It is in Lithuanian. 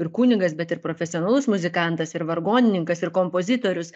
ir kunigas bet ir profesionalus muzikantas ir vargonininkas ir kompozitorius